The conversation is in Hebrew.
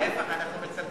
להפך, אנחנו מצמצמים.